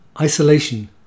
Isolation